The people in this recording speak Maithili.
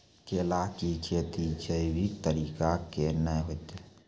केला की खेती जैविक तरीका के ना होते?